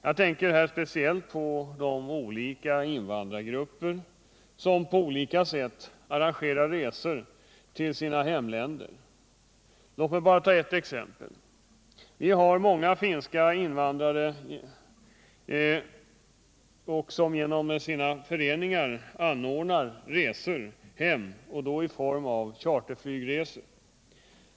Jag tänker här speciellt på de olika invandrargrupper som på olika sätt arrangerar resor till sina hemländer. Låt mig bara ta ett exempel: Vi har många finska invandrare som genom sina föreningar anordnar resor hem — i form av charterflygresor.